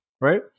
right